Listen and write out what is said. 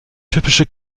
typische